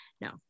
no